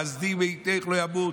"חסדי מאתֵּך לא ימוש".